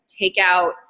takeout